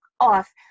off